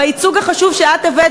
והייצוג החשוב שאת הבאת,